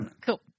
Cool